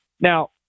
Now